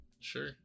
Sure